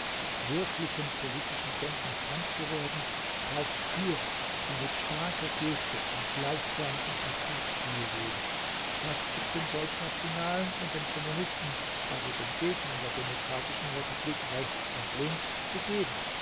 wirklichem politischen denken fremd geworden braucht führer die mit starker geste und gleichsam im plakatstil reden das ist den deutschnationalen und den kommunisten also den gegnern der demokratischen republik rechts und links gegeben